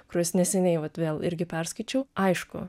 kuriuos neseniai vat vėl irgi perskaičiau aišku